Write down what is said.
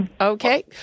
Okay